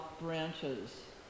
branches